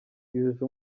yujuje